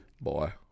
boy